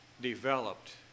developed